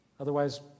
Otherwise